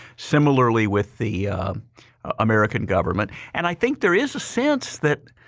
similarly with the american government and i think there is a sense that